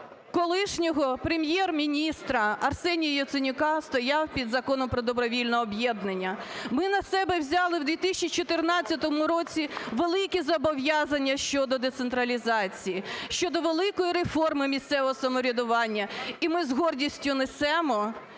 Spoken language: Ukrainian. колишнього Прем'єр-міністра Арсенія Яценюка стояв під Законом про добровільне об'єднання. Ми на себе взяли в 2014 році велике зобов'язання щодо децентралізації, щодо великої реформи місцевого самоврядування? і ми з гордістю несемо